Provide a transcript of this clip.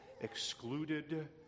excluded